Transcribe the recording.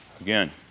Again